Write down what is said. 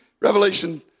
Revelation